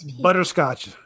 Butterscotch